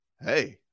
hey